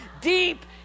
deep